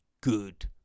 good